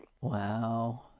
wow